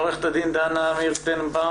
עו"ד דנה מירטנבאום,